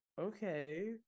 Okay